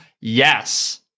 Yes